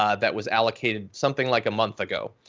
ah that was allocated something like a month ago.